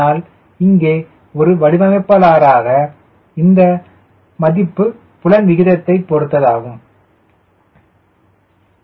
ஆனால் இங்கே ஒரு வடிவமைப்பாளராக இந்த மதிப்பு புலன் விகிதத்தைப் பொறுத்தது என்பதைப் பார்க்கலாம்